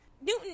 Newton